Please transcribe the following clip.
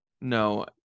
No